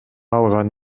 алган